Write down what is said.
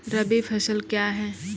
रबी फसल क्या हैं?